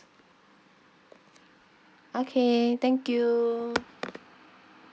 okay thank you